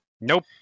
Nope